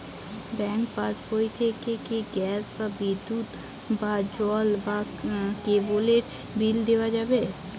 Bank পাশবই থেকে কি গ্যাস বা বিদ্যুৎ বা জল বা কেবেলর বিল দেওয়া যাবে?